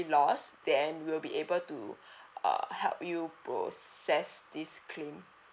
lost then we will be able to uh help you process this claim